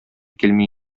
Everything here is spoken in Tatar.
килми